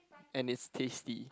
and it's tasty